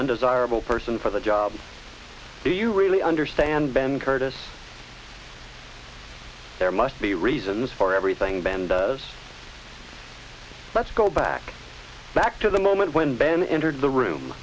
undesirable person for the job do you really understand ben curtis there must be reasons for everything bend let's go back back to the moment when ben entered the room